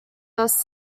best